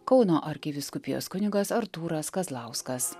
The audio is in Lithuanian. kauno arkivyskupijos kunigas artūras kazlauskas